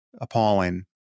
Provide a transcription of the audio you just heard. appalling